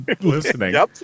listening